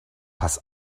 pass